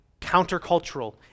countercultural